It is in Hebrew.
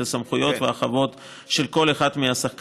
את הסמכויות ואת החובות של כל אחד מהשחקנים.